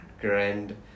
grand